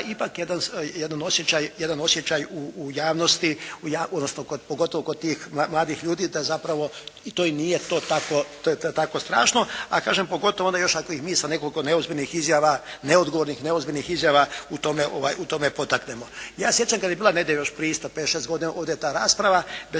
stvara jedan osjećaj u javnosti odnosno pogotovo kod tih mladih ljudi da zapravo to i nije tako strašno. A kažem, pogotovo onda još ako ih mi sa nekoliko neozbiljnih, neodgovornih izjava u tome potaknemo. Ja se sjećam kad je bila negdje još prije pet, šest godina ovdje ta rasprava bez obzira